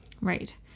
right